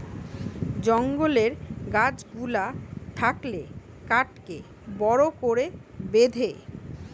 জঙ্গলের গাছ গুলা থাকলে কাঠকে বড় করে বেঁধে